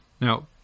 Now